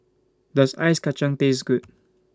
Does Ice Kachang Taste Good